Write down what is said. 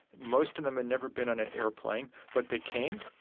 most of them had never been on an airplane. but they came.